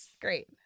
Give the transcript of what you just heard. great